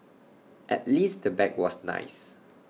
at least the bag was nice